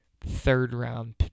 third-round